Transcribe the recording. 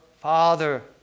Father